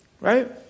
Right